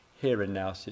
here-and-now